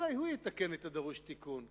ואולי הוא יתקן את הדרוש תיקון.